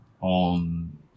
on